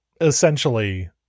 essentially